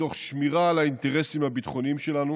מתוך שמירה על האינטרסים הביטחוניים שלנו